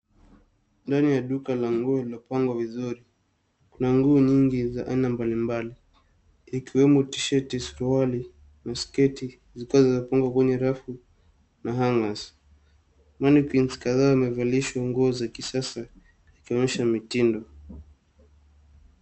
Sehemu ya duka la nguo limepangwa vizuri, kuna nguo nyingi za aina mbalimbali ikiwemo tisheti, suruali na sketi zikiwa zimepangwa kwenye rafu na hangers(cs) mannequins (cs) kandhaa wamevalishwa nguo za kisasa ikionyesha mitindo.